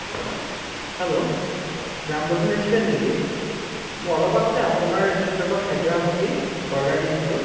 hello restaurant নেকি মই অলপ আগতে আপোনাৰ ৰেষ্টুৰেণ্টৰ পৰা খাদ্য সামগ্ৰী অৰ্ডাৰ দিছিলোঁ